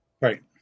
right